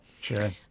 Sure